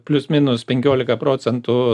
plius minus penkiolika procentų